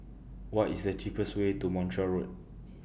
What IS The cheapest Way to Montreal Road